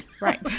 right